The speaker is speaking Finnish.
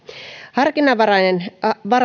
harkinnanvaraisen